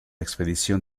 expedición